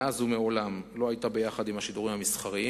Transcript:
מאז ומעולם, לא היתה עם השידורים המסחריים.